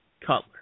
Cutler